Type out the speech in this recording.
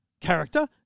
Character